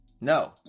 No